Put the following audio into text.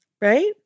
Right